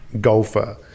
golfer